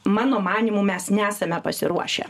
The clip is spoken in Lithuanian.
mano manymu mes nesame pasiruošę